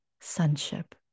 sonship